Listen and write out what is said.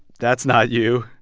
that's not you.